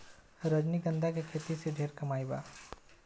रजनीगंधा के खेती से ढेरे कमाई बा